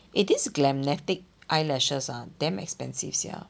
eh this Glamnatic eyelashes ah damn expensive sia